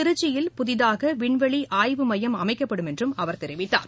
திருச்சியில் புதியதாக விண்வெளி ஆய்வு மையம் அமைக்கப்படும் என்றும் அவர் தெரிவித்தார்